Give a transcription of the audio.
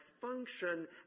function